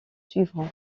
suivront